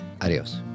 adios